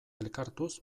elkartuz